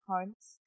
Hunt's